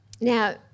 now